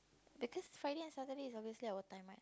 because Friday and Saturday is obviously our time right